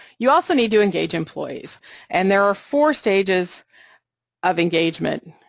you also need to engage employees and there are four stages of engagement